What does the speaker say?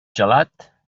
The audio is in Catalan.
gelat